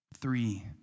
Three